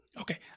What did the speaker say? Okay